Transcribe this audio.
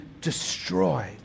destroyed